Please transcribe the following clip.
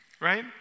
right